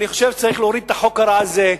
אני חושב שצריך להוריד את החוק הרע הזה.